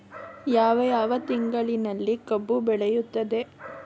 ಯಾವ ಯಾವ ತಿಂಗಳಿನಲ್ಲಿ ಕಬ್ಬು ಬೆಳೆಯುತ್ತದೆ?